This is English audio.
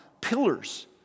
pillars